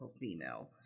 female